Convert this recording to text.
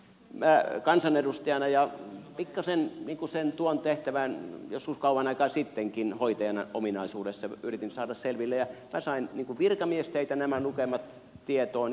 minä kansanedustajana ja joskus kauan aikaa sitten pikkasen tuon tehtävän hoitajan ominaisuudessa yritin saada ne selville ja minä sain virkamiesteitä nämä lukemat tietooni